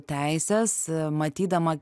teises matydama